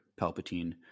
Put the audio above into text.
Palpatine